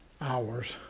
hours